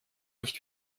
nicht